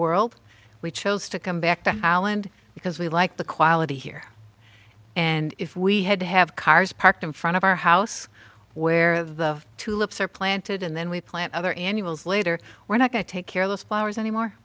world we chose to come back to holland because we like the quality here and if we had to have cars parked in front of our house where the tulips are planted and then we plant other annual later we're not going to take care of those flowers anymore